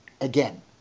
again